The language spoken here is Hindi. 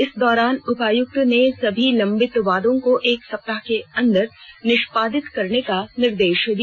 इस दौरान उपायुक्त ने सभी लंबित वादों को एक सप्ताह के अंदर निष्पादित करने का निर्देश दिया